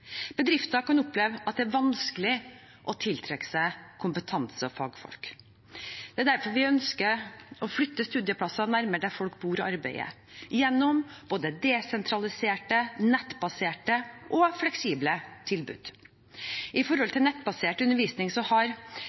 er vanskelig å tiltrekke seg kompetanse og fagfolk. Det er derfor vi ønsker å flytte studieplasser nærmere der folk bor og arbeider, gjennom både desentraliserte, nettbaserte og fleksible tilbud. Når det gjelder nettbasert undervisning, har